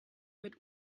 mit